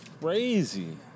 crazy